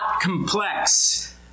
complex